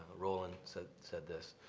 roland said said this,